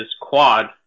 quad